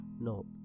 No